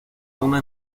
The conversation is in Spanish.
una